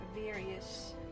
various